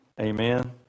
Amen